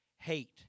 hate